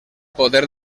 poder